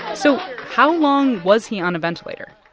so how long was he on a ventilator?